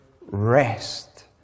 rest